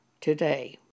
today